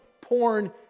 porn